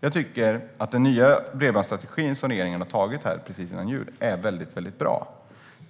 Jag tycker att den nya bredbandsstrategi som regeringen tog precis före jul är väldigt bra.